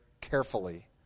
carefully